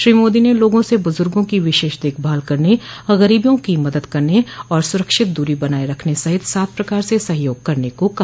श्री मोदी ने लोगों से बुजुर्गों की विशेष देखभाल करने गरीबों की मदद करने और सुरक्षित दूरी बनाये रखने सहित सात प्रकार से सहयोग करने को कहा